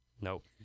Nope